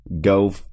go